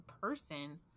person